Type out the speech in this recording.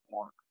park